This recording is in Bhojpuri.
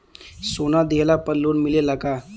सोना दिहला पर लोन मिलेला का?